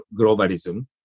globalism